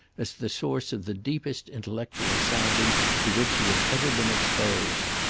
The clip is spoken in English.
as the source of the deepest intellectual sounding to which he had ever been exposed.